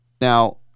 Now